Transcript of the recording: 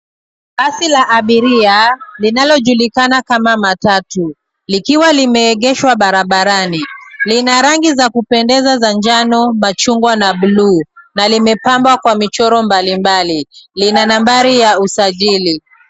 Basi la abiria linalojulikana kama matatu likiwa limeegeshwa barabarani. Lina rangi za kupendeza za njano, machungwa na buluu na limepambwa kwa michoro mbalimbali. Lina nambari ya usajili.